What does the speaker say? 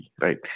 right